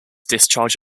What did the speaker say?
discharge